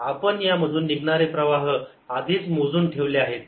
आपण या मधून निघणारे प्रवाह आधीच मोजून ठेवले आहे